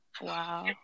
wow